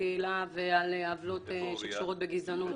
הקהילה ועל עוולות שקשורות בגזענות.